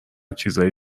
چیزای